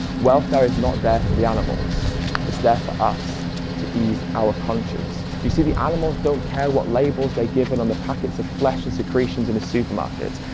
welfare is not there for the animals it's there for us to ease our conscience. you see the animals don't care what labels they're given on the packets of flesh and secretions in a supermarket.